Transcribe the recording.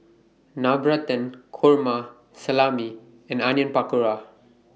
Navratan Korma Salami and Onion Pakora